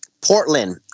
Portland